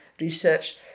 research